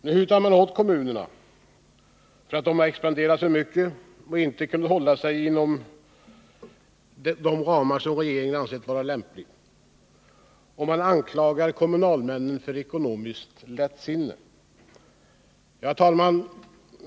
Nu hutar man åt kommunerna för att de har expanderat för mycket och inte kunnat hålla sig inom de ramar som regeringen anser vara lämpliga, och man anklagar kommunalmännen för ekonomiskt lättsinne. Herr talman!